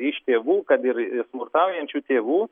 iš tėvų kad ir smurtaujančių tėvų